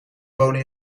wonen